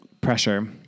pressure